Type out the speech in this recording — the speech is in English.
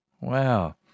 Wow